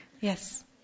Yes